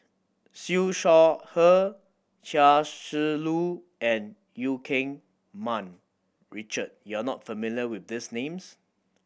Siew Shaw Her Chia Shi Lu and Eu Keng Mun Richard you are not familiar with these names